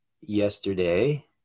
yesterday